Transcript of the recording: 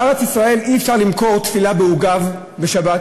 בארץ-ישראל אי-אפשר למכור תפילה בעוגב בשבת,